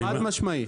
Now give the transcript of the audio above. חד משמעי.